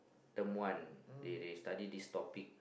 term one they they study this topic